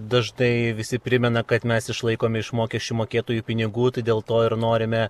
dažnai visi primena kad mes išlaikomi iš mokesčių mokėtojų pinigų tai dėl to ir norime